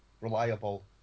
reliable